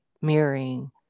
mirroring